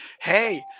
hey